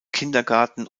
kindergarten